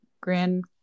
Grand